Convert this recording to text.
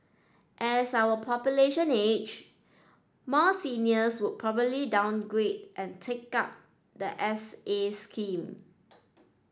as our population age more seniors would probably downgrade and take up the S A scheme